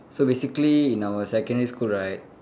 so basically in our secondary school right